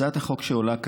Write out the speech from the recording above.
הצעת החוק שעולה כאן,